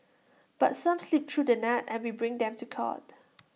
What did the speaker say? but some slip through the net and we bring them to court